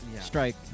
strike